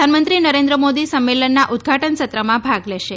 પ્રધાનમંત્રી નરેન્દ્રમોદી સંમેલનના ઉદ્રઘાટન સત્રમાં ભાગ લેશે